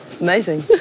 Amazing